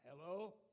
Hello